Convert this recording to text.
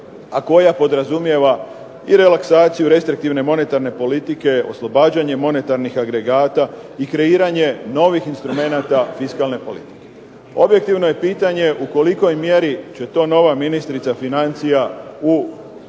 a koja podrazumijeva i relaksaciju restriktivne monetarne politike, oslobađanje monetarnih agregata, i kreiranje novih instrumenata fiskalne politike. Objektivno je pitanje u kolikoj mjeri će to nova ministrica financija u relativno